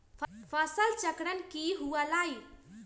फसल चक्रण की हुआ लाई?